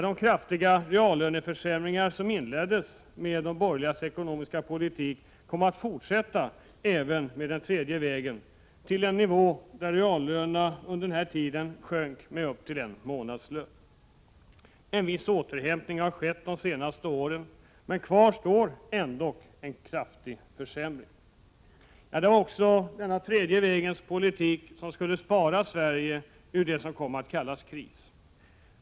De kraftiga reallöneförsämringar som inleddes med de borgerligas ekonomiska politik kom att fortsätta även med den tredje vägen, till en nivå där reallönerna under denna tid sjönk med upp till en månadslön. En viss återhämtning har skett de senaste åren, men kvar står ändock en kraftig försämring. Det var också tredje vägens politik som skulle spara Sverige ur det som kom att kallas kris.